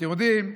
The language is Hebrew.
אתם יודעים,